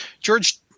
George